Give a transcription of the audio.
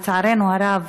לצערנו הרב,